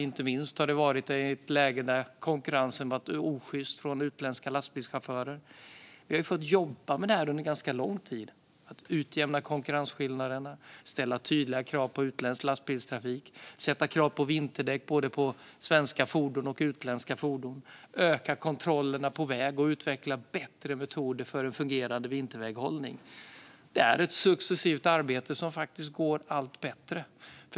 Inte minst har det varit ett läge där konkurrensen från utländska lastbilschaufförer har varit osjyst. Vi har fått jobba med detta under ganska lång tid: utjämna konkurrensskillnaderna, ställa tydliga krav på utländsk lastbilstrafik, ställa krav på vinterdäck på både svenska och utländska fordon, öka kontrollerna på väg och utveckla bättre metoder för en fungerande vinterväghållning. Detta är ett successivt arbete som faktiskt går allt bättre.